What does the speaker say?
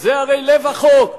זה הרי לב החוק,